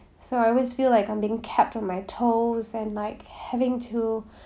so I always feel like I'm being kept on my toes and like having to